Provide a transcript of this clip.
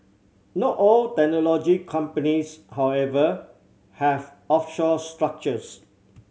not all technology companies however have offshore structures